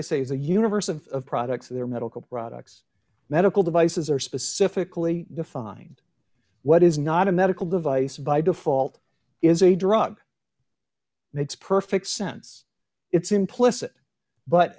i say it's a universe of products they're medical products medical devices are specifically defined what is not a medical device by default is a drug makes perfect sense it's implicit but